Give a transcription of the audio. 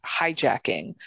hijacking